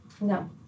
no